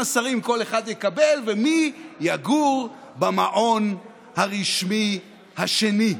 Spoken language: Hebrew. שרים כל אחד יקבל ומי יגור במעון הרשמי השני.